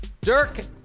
Dirk